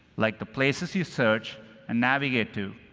like the places you search and navigate to,